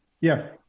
Yes